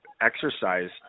exercise